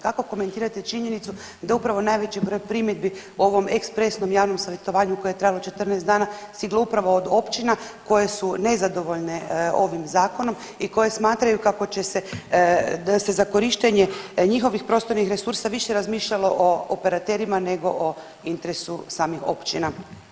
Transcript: Kako komentirate činjenicu da upravo najveći broj primjedbi u ovom ekspresnom javnom savjetovanju koje je trajalo 14 dana stiglo upravo od općina koje su nezadovoljne ovim zakonom i koje smatraju kako će se za korištenje njihovih prostornih resursa više razmišljalo o operaterima nego o interesu sami općina i općinskih prihoda.